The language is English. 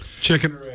Chicken